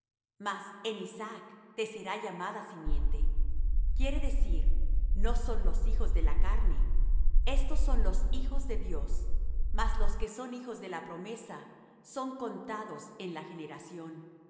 mas en isaac te será llamada simiente quiere decir no los que son hijos de la carne éstos son los hijos de dios mas los que son hijos de la promesa son contados en la generación